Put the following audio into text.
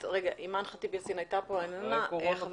אימאן ח'טיב יאסין הייתה פה, היא